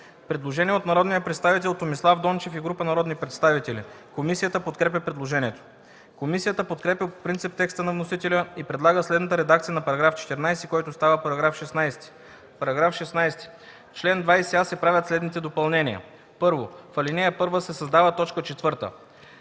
Предложение от народния представител Томислав Дончев и група народни представители. Комисията подкрепя предложението. Комисията подкрепя по принцип текста на вносителя и предлага следната редакция на § 14, който става § 16: „§ 16. В чл. 20а се правят следните допълнения: 1. В ал. 1 се създава т. 4: